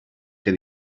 que